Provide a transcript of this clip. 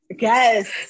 yes